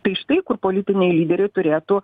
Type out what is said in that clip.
tai štai kur politiniai lyderiai turėtų